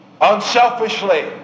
unselfishly